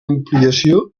ampliació